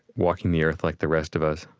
walking the earth like the rest of us,